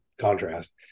contrast